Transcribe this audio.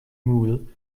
mule